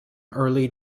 early